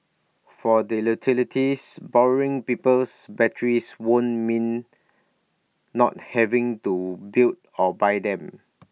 for the utilities borrowing people's batteries would mean not having to build or buy them